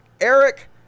Eric